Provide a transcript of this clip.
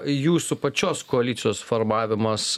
jūsų pačios koalicijos formavimas